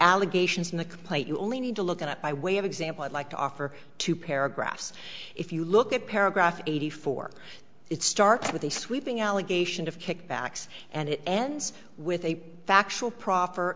allegations in the complaint you only need to look at it by way of example i'd like to offer two paragraphs if you look at paragraph eighty four it starts with a sweeping allegation of kickbacks and it ends with a factual pro